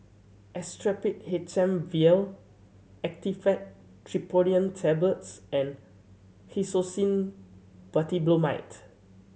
Actrapid H M Vial Actifed Triprolidine Tablets and Hyoscine Butylbromide